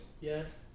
Yes